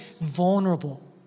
vulnerable